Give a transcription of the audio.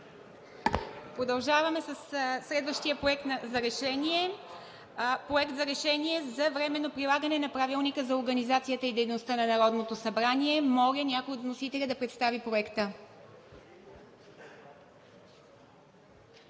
Продължаваме със следващия проект за решение – Проект за решение за временно прилагане на Правилника за организацията и дейността на Народното събрание. Моля някой от вносителите да представи Проекта.